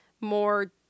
more